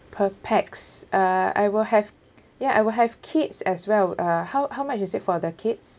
per pax uh I will have ya I will have kids as well uh how how much is it for the kids